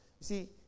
See